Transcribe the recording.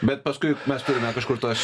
bet paskui mes turime kažkur tuos